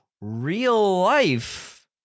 real-life